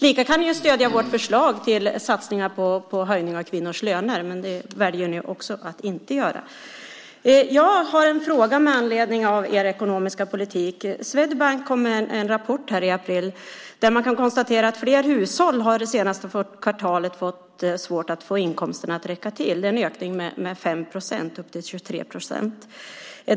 Ni kan stödja vårt förslag till satsningar på höjning av kvinnors löner, men det väljer ni också att inte göra. Jag har en fråga med anledning av er ekonomiska politik. Swedbank kom med en rapport i april där man kan konstatera att fler hushåll det senaste kvartalet har fått svårt att få inkomsten att räcka till. Det är en ökning med 5 procent upp till 23 procent.